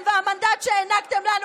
מכאן אני מבקשת,